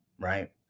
right